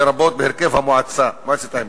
לרבות בהרכב מועצת ההימורים.